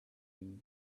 been